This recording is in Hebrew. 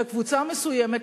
לקבוצה מסוימת,